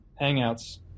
Hangouts